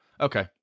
Okay